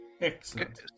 Excellent